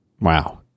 Wow